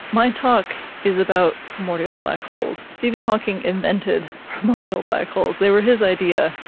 my talk is about primordial black holes. stephen hawking invented primordial black holes, they were his idea.